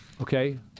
Okay